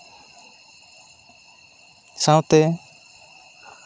ᱥᱟᱶᱛᱮ